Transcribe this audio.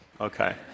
Okay